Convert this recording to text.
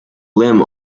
limb